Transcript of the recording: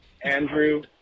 Andrew